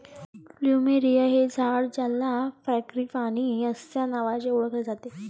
plumeria हे एक झाड आहे ज्याला फ्रँगीपानी अस्या नावानी ओळखले जाते